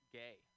gay